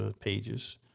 pages